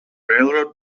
railroad